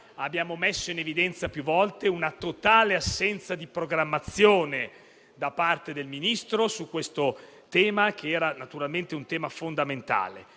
abbiamo messo in evidenza più volte la totale assenza di programmazione da parte del Ministro su questo tema, che era naturalmente fondamentale.